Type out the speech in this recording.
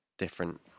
different